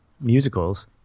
musicals